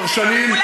פרשנים.